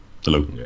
hello